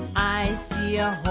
i see a